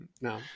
No